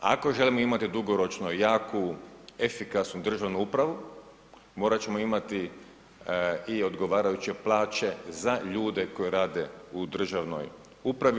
Ako želimo imati dugoročno jaku, efikasnu državnu upravu, morat ćemo imati i odgovarajuće plaće za ljude koji rade u državnoj upravi.